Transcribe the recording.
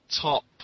top